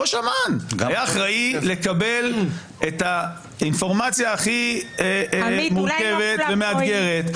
ראש אמ"ן היה אחראי לקבל את האינפורמציה המורכבת והמאתגרת,